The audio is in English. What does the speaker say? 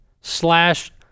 slash